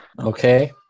Okay